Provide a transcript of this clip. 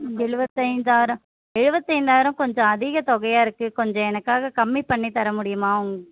எழுவத்தைந்தாயிரம் எழுவத்தைந்தாயிரம் கொஞ்சம் அதிக தொகையாக இருக்குது கொஞ்சம் எனக்காக கம்மி பண்ணி தர முடியுமா உங்